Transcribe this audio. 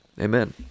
Amen